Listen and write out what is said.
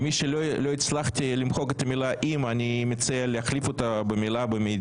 ומשלא הצלחתי למחוק את המילה 'אם' אני מציע להחליף אותה במילה 'במידה'.